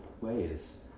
ways